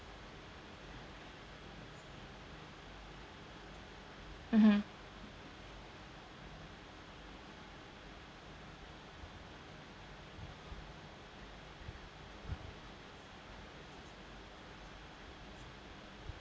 mmhmm